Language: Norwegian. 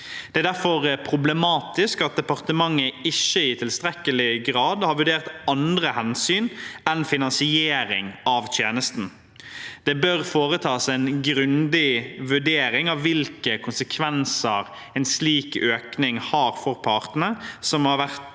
Det er derfor problematisk at departementet ikke i tilstrekkelig grad har vurdert andre hensyn enn finansiering av tjenesten. Det bør foretas en grundig vurdering av hvilke konsekvenser en slik økning har for partene som er